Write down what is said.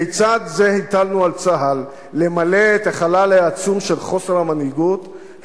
כיצד זה הטלנו על צה"ל למלא את החלל העצום של חוסר המנהיגות,